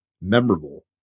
memorable